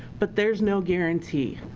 but there's no guarantee,